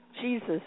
Jesus